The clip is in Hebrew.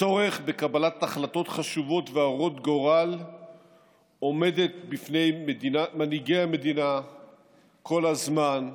הצורך בקבלת החלטות חשובות והרות גורל עומד בפני מנהיגי המדינה כל הזמן,